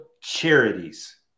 charities